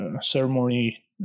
ceremony